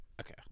Okay